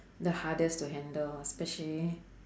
the hardest to handle especially